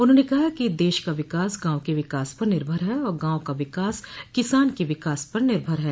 उन्होंने कहा कि देश का विकास गांव के विकास पर निर्भर है और गांव का विकास किसान के विकास पर निर्भर है